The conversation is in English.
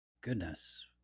Goodness